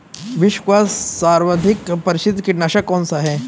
विश्व का सर्वाधिक प्रसिद्ध कीटनाशक कौन सा है?